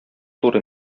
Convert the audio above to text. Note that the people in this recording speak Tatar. туры